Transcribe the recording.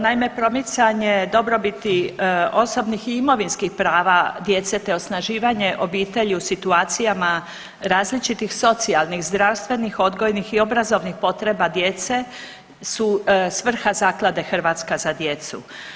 Naime, promicanje dobrobiti osobnih i imovinskih prava djece te osnaživanje obitelji u situacijama različitih socijalnih, zdravstvenih, odgojnih i obrazovnih potreba djece su svrha Zaklade „Hrvatska za djecu“